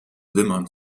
wimmern